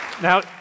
Now